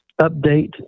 update